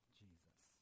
jesus